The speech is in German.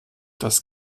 das